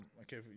Okay